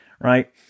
Right